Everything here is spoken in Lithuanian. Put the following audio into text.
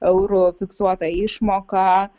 eurų fiksuotą išmoką